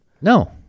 No